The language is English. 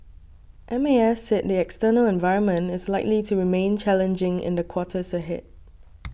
M A S said the external environment is likely to remain challenging in the quarters ahead